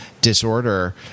disorder